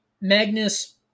Magnus